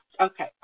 okay